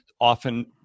often